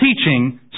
teaching